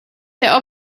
der